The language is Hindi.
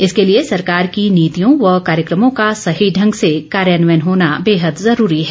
इसके लिए सरकार की नीतियों व कार्यक्रमों का सही ढंग से कार्यान्वयन होना बेहद ज़रूरी है